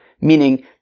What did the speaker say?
Meaning